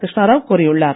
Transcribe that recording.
கிருஷ்ணாராவ் கூறியுள்ளார்